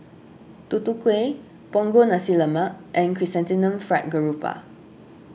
Tutu Kueh Punggol Nasi Lemak and Chrysanthemum Fried Garoupa